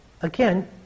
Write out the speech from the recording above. again